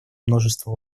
множество